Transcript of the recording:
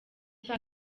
cya